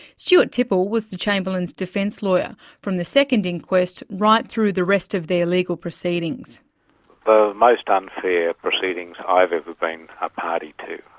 stuart tipple was the chamberlain's defence lawyer from the second inquest right through the rest of their legal proceedings. the most unfair proceedings i've ever been a party to,